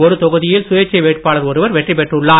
ஒரு தொகுதியில் சுயேட்சை வேட்பாளர் ஒருவர் வெற்றி பெற்றுள்ளார்